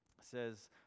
says